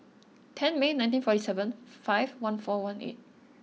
ten May nineteen forty seven five one four one eight